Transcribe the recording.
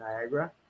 Niagara